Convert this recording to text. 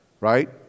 right